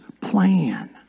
plan